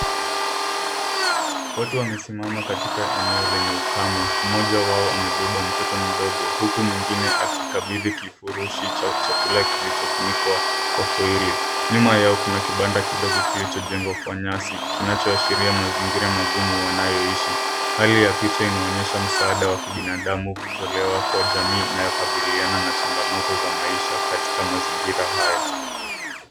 Watu wamesimama katika eneo lenye ukame. Mmoja wao amebeba mtoto mdogo huku mwingine akikabithi kifurushi cha chakula kilichofunikwa kwa foili. Nyuma yao kuna kibanda kidogo kilichojengwa nyasi kinachoashiria mazingira magumu wanayoishi. Hali ya picha inaonyesha msaada wa kibanadamu ikitolewa kwa jamii inayokabiliana na changamoto za maisha katika mazingira haya.